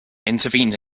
intervened